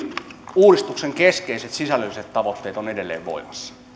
uudistuksen keskeiset sisällölliset tavoitteet ovat edelleen voimassa